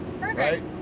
Perfect